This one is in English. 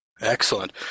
Excellent